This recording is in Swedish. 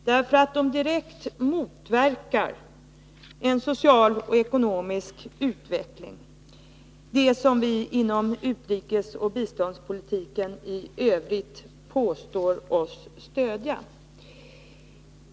De motverkar direkt en social och ekonomisk utveckling, dvs. det som vi inom utrikesoch biståndspolitiken i övrigt påstår oss stödja.